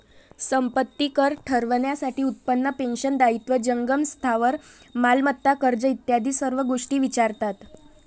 संपत्ती कर ठरवण्यासाठी उत्पन्न, पेन्शन, दायित्व, जंगम स्थावर मालमत्ता, कर्ज इत्यादी सर्व गोष्टी विचारतात